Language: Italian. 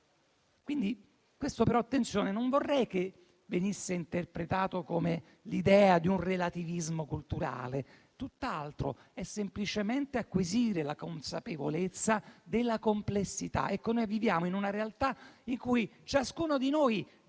Questo però - attenzione - non vorrei che venisse interpretato come l'idea di un relativismo culturale. Tutt'altro: è semplicemente acquisire la consapevolezza della complessità. Noi viviamo in una realtà in cui ciascuno di noi deve